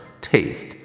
taste